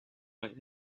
might